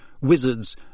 Wizards